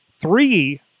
three